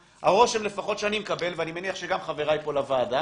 הרושם לפחות שאני מקבל ואני מניח שגם חבריי פה לוועדה